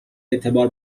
اعتبار